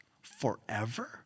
forever